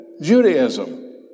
Judaism